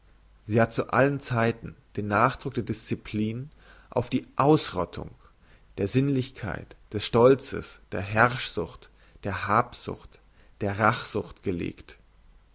sie hat zu allen zeiten den nachdruck der disciplin auf die ausrottung der sinnlichkeit des stolzes der herrschsucht der habsucht der rachsucht gelegt